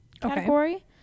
category